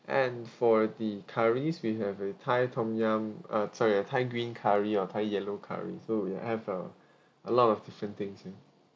and for the curries we have a thai tom yum uh sorry thai green curry or thai yellow curry so we have uh a lot of different things here